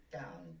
down